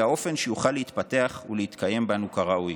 האופן שיוכל להתפתח ולהתקיים בנו כראוי".